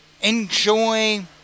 enjoy